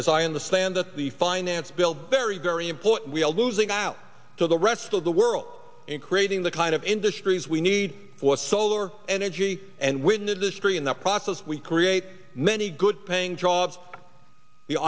as i understand that the finance bill very very important we are losing out to the rest of the world in creating the kind of industries we need was solar energy and when to destry in the process we create many good paying jobs the